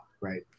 Right